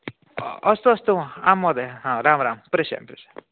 अस्तु अस्तु आम् महोदय आम् राम् राम् प्रेषयामि प्रेषयामि